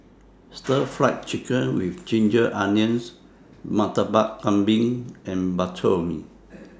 Stir Fried Chicken with Ginger Onions Murtabak Kambing and Bak Chor Mee